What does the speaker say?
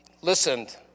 Listened